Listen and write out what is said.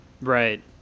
Right